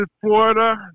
Florida